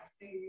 food